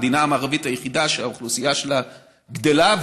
המדינה המערבית היחידה שהאוכלוסייה שלה גדלה,